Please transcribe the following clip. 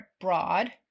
broad